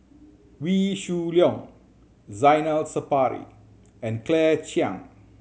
Wee Shoo Leong Zainal Sapari and Claire Chiang